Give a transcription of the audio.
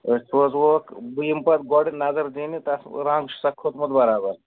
أسۍ سوزٕہوٗکھ بہٕ یِمہٕ پتہٕ گۄڈٕ نظر دِنہِ تَتھ رنٛگ چھُسا کھوٚمُت بَرابر